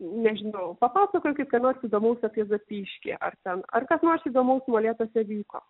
nežinau papasakokit ką nors įdomaus apie zapyškį ar ten ar kas nors įdomaus molėtuose vyko